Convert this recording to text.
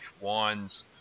Wines